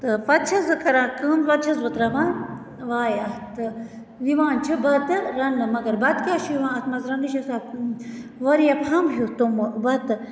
تہٕ پَتہٕ چھَس بہٕ کَران کٲم پَتہٕ چھَس بہٕ ترٛاوان واے اتھ تہٕ یِوان چھِ بَتہٕ رَننہٕ مگر بَتہٕ کیٛاہ چھُ یِوان اَتھ مَنٛز رَننہٕ یہِ چھُ آسان واریاہ پھَمب ہیٚوٗ توٚمُل بَتہٕ